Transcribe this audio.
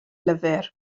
lyfr